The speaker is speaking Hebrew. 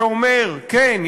שאומר: כן,